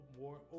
more